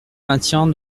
maintien